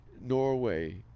norway